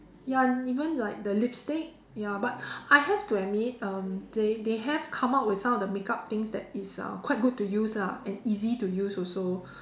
ya even like the lipstick ya but I have to admit um they they have come up with some of the makeup things that is uh quite good to use lah and easy to use also